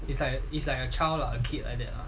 it's like it's like a child lah a kid like that lah